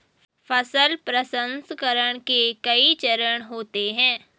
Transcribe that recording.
फसल प्रसंसकरण के कई चरण होते हैं